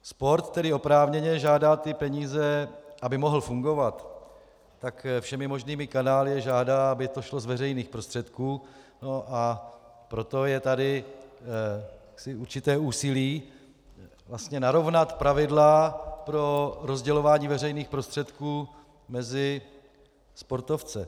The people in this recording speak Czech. Sport tedy oprávněně žádá peníze, aby mohl fungovat, tak všemi možnými kanály žádá, aby to šlo z veřejných prostředků, a proto je tady jaksi určité úsilí narovnat pravidla pro rozdělování veřejných prostředků mezi sportovce.